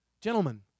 Gentlemen